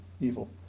evil